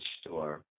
store